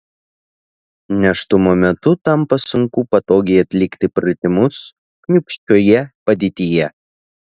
nėštumo metu tampa sunku patogiai atlikti pratimus kniūpsčioje padėtyje